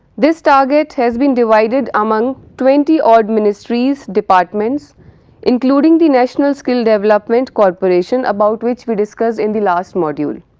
this target has been divided among twenty odd ministries, departments including the national skill development corporation about which we discussed in the last module.